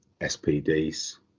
SPD's